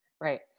right